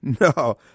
No